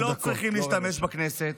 שלא צריכים להשתמש בהן בכנסת,